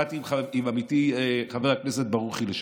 באתי עם עמיתי חבר הכנסת ברוכי לשם.